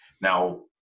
Now